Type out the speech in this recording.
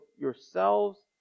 yourselves